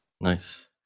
Nice